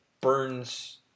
burns